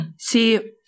See